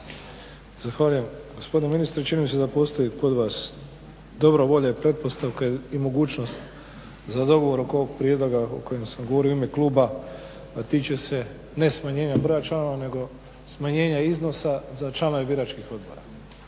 Zahvaljujem. Gospodine ministre, čini mi se da postoji dobra volja i pretpostavka i mogućnost za dogovor oko ovog prijedloga o kojem sam govorio u ime kluba, a tiče se, ne smanjenja broja članova, nego smanjena iznosa za članove biračkih odbora.